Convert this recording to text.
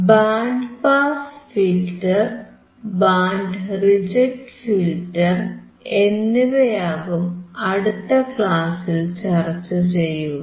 band pass filter band reject filter എന്നിവയാകും അടുത്ത ക്ലാസിൽ ചർച്ച ചെയ്യുക